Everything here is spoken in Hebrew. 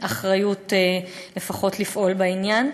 אחריות לפחות לפעול בעניין.